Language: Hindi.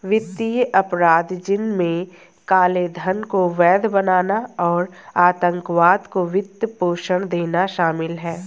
वित्तीय अपराध, जिनमें काले धन को वैध बनाना और आतंकवाद को वित्त पोषण देना शामिल है